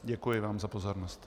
Děkuji vám za pozornost.